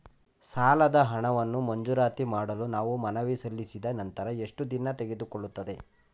ಸಾಲದ ಹಣವನ್ನು ಮಂಜೂರಾತಿ ಮಾಡಲು ನಾವು ಮನವಿ ಸಲ್ಲಿಸಿದ ನಂತರ ಎಷ್ಟು ದಿನ ತೆಗೆದುಕೊಳ್ಳುತ್ತದೆ?